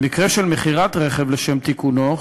במקרה של מכירת רכב לשם תיקונו,